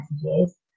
messages